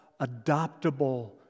adoptable